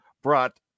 brought